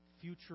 future